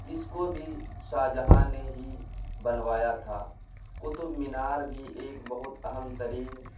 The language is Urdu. اس کو بھی شاہ جہاں نے ہی بنوایا تھا قطب مینار بھی ایک بہت اہم ترین